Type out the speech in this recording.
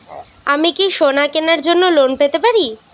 আমি কি সোনা কেনার জন্য লোন পেতে পারি?